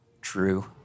true